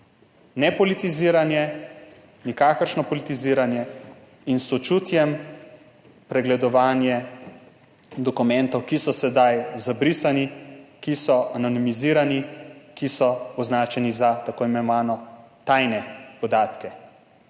ne politiziranje, nikakršno politiziranje in s sočutjem pregledovanje dokumentov, ki so sedaj zabrisani, ki so anonimizirani, ki so označeni za tako imenovane tajne podatke,